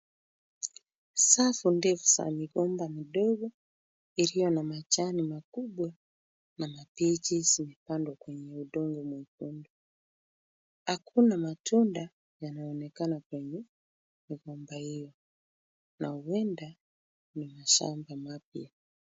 Safu ndefu za migomba midogo iliyo na majani makubwa na mabichi zimepandwa kwenye udongo mwekundu. Hakuna matunda yanayoonekana kwenye migomba hiyo na huenda ni mashamba mapya.